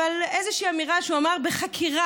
אבל מאיזושהי אמירה שהוא אמר בחקירה,